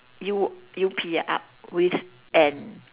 U U P up with an